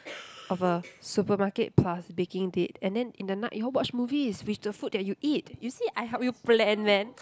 of a supermarket plus baking date and then in the night you all watch movies with the food that you eat you see I help you plan man